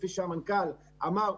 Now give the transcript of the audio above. כפי שהמנכ"ל אמר,